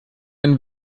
einen